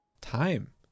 time